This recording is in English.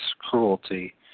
cruelty